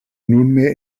nunmehr